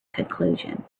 conclusion